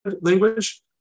language